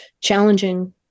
challenging